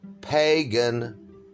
pagan